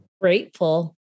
grateful